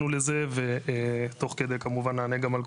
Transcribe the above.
יש כאן בעיה ארגונית,